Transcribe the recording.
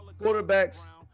quarterbacks